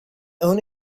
own